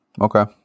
Okay